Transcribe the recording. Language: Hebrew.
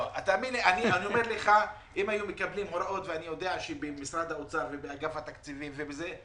אם הם היו מקבלים הוראות, יש להם הכול מוכן.